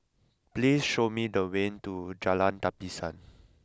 please show me the way to Jalan Tapisan